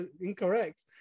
incorrect